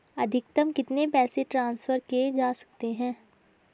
अधिकतम कितने पैसे ट्रांसफर किये जा सकते हैं?